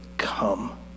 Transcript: come